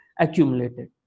accumulated